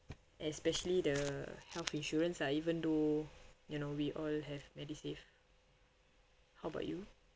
especially the health insurance ah even though you know we all have medisave how about you